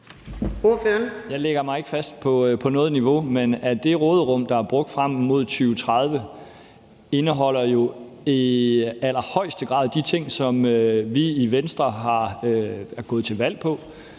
Jeg lægger mig ikke fast på noget niveau, men det råderum, der er brugt frem mod 2030, indeholder jo i allerhøjeste grad de ting, som vi i Venstre er gået til valg på: